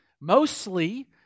Mostly